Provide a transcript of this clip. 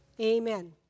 Amen